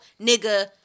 Nigga